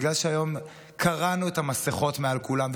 בגלל שהיום קרענו את המסכות מעל כולם,